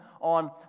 on